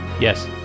Yes